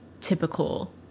typical